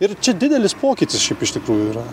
ir čia didelis pokytis šiaip iš tikrųjų yra